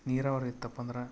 ನೀರಾವರಿ ಇತ್ತಪಂದ್ರೆ